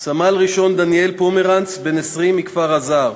סמל-ראשון דניאל פומרנץ, בן 20, מכפר-אז"ר,